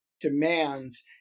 demands